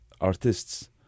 artists